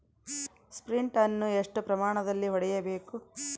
Sprint ಅನ್ನು ಎಷ್ಟು ಪ್ರಮಾಣದಲ್ಲಿ ಹೊಡೆಯಬೇಕು?